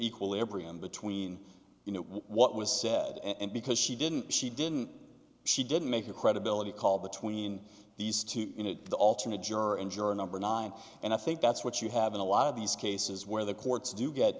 equilibrium between you know what was said and because she didn't she didn't she didn't make the credibility call between these two you know the alternate juror and juror number nine and i think that's what you have in a lot of these cases where the courts do get